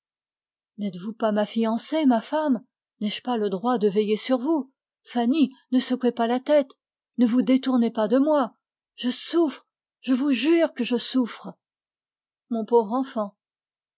n'êtes-vous pas ma femme n'ai-je pas le droit de veiller sur vous fanny ne vous détournez pas de moi je souffre je vous jure que je souffre mon pauvre enfant